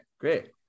Great